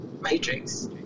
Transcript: matrix